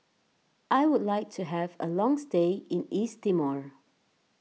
I would like to have a long stay in East Timor